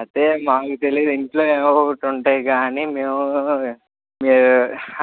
అదే మాకు తెలియదు ఇంట్లో ఏవో ఒకటి ఉంటాయి అని మేము మీరు